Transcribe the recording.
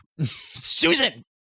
Susan